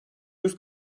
yüz